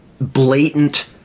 blatant